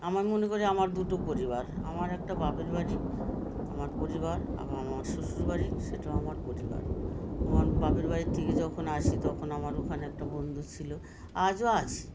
আমি মনে করি আমার দুটো পরিবার আমার একটা বাপের বাড়ি আমার পরিবার আবার আমার শ্বশুরবাড়ি সেটাও আমার পরিবার আমার বাপের বাড়ির থেকে যখন আসি তখন আমার ওখানে একটা বন্ধু ছিল আজও আছে